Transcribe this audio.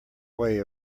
way